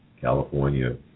California